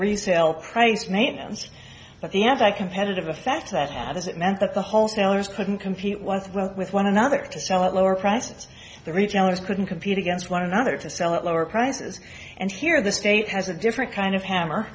resale price maintenance but the anti competitive effect that is it meant that the wholesalers couldn't compete with well with one another to sell at lower prices the retailers couldn't compete against one another to sell at lower prices and here the state has a different kind of hammer